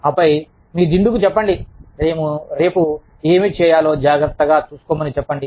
ఆపై మీ దిండుకు చెప్పండి రేపు ఏమి చేయాలో జాగ్రత్తగా చూసుకోమని చెప్పండి